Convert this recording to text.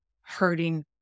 hurting